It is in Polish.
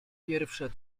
pierwsza